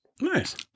Nice